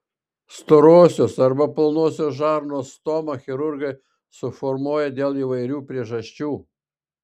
storosios arba plonosios žarnos stomą chirurgai suformuoja dėl įvairių priežasčių